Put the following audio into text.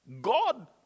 God